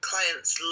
Clients